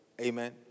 Amen